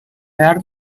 behar